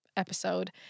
episode